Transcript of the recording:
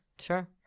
sure